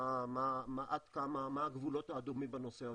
מה הגבולות האדומים בנושא הזה,